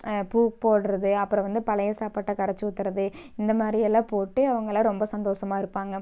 பூ போடுறது அப்புறம் வந்து பழைய சாப்பாட்டை கரைச்சி ஊற்றறது இந்த மாதிரியெல்லாம் போட்டு அவங்களாம் ரொம்ப சந்தோஷமாக இருப்பாங்க